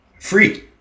free